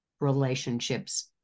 relationships